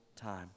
time